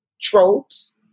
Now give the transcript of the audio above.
tropes